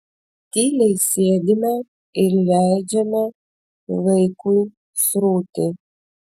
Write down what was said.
tyliai sėdime ir leidžiame laikui srūti